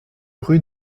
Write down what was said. rue